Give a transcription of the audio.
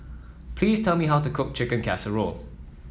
please tell me how to cook Chicken Casserole